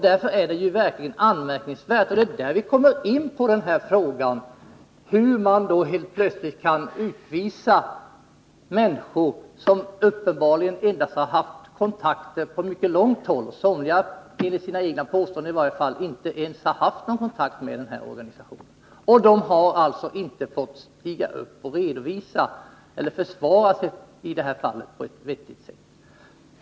Därför är det anmärkningsvärt att man plötsligt kan utvisa människor som uppenbarligen endast har haft kontakt på långt håll med organisationen — ja, somliga har enligt egna påståenden inte haft någon kontakt alls med den. De har inte ens fått en vettig möjlighet att försvara sig mot anklagelserna.